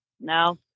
No